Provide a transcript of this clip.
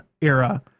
era